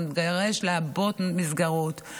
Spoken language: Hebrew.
אנחנו נידרש לעבות מסגרות,